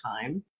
time